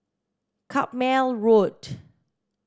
Carpmael Road